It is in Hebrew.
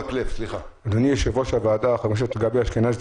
אדוני יושב-ראש הוועדה חבר הכנסת גבי אשכנזי,